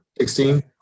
16